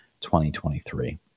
2023